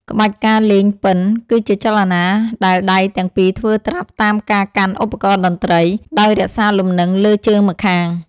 ក្បាច់ ការលេងពិណ គឺជាចលនាដែលដៃទាំងពីរធ្វើត្រាប់តាមការកាន់ឧបករណ៍តន្ត្រី ដោយរក្សាលំនឹងលើជើងម្ខាង។